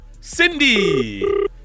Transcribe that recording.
Cindy